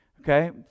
Okay